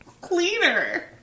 cleaner